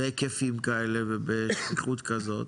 בהיקפים כאלה ובאיכות כזאת.